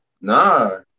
Nah